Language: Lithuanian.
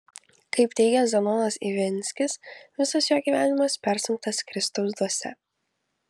kaip teigia zenonas ivinskis visas jo gyvenimas persunktas kristaus dvasia